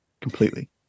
completely